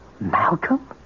Malcolm